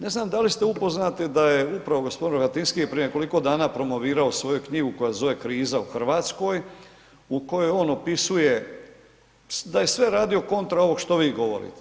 Ne znam da li ste upoznati da je upravo gospodina Rohatinski prije nekoliko dana promovirao svoju knjigu koja se zove Kriza u Hrvatskoj, u kojoj on opisuje da je sve radio kontra ovog što vi govorite.